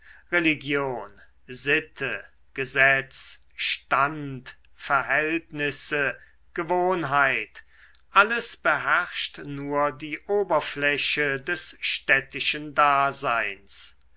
religion sitte gesetz stand verhältnisse gewohnheit alles beherrscht nur die oberfläche des städtischen daseins